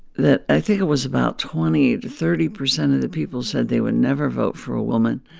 that i think it was about twenty to thirty percent of the people said they would never vote for a woman.